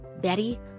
betty